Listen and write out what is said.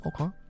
okay